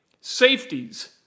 Safeties